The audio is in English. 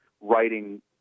writing